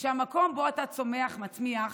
כשהמקום שבו אתה צומח מצמיח,